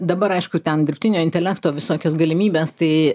dabar aišku ten dirbtinio intelekto visokios galimybės tai